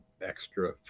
extra